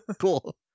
Cool